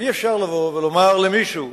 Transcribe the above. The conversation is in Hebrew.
אי-אפשר לבוא ולומר למישהו,